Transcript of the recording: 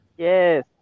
Yes